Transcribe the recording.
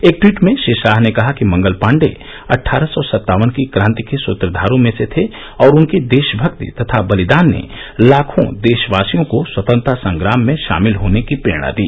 एक टवीट में श्री शाह ने कहा कि मंगल पांडे अट्टारह सौ सत्तावन की क्रांति के सुत्रघारों में से थे और उनकी देशभक्ति तथा बलिदान ने लाखों देशवासियों को स्वतंत्रता संग्राम में शामिल होने की प्रेरणा दी